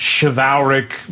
chivalric